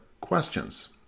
Questions